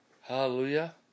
Hallelujah